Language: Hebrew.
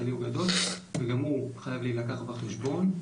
וגם הוא חייב להילקח בחשבון.